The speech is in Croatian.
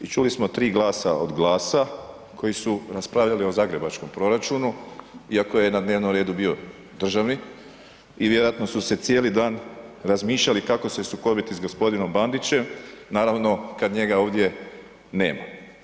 I čuli smo 3 glasa od GLAS-a koji su raspravljali o zagrebačkom proračunu iako je na dnevnom redu bio državni i vjerojatno su se cijeli dan razmišljali kako se sukobiti s g. Bandićem, naravno kad njega ovdje nema.